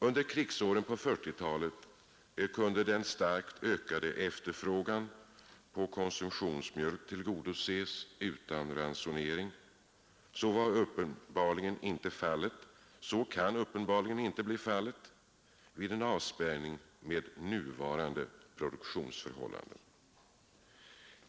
Under krigsåren på 1940-talet kunde den starkt ökade efterfrågan på konsumtionsmjölk tillgodoses utan ransonering. Så kan uppenbarligen inte bli fallet vid en avspärrning med nuvarande produktionsförhållanden.